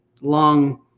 long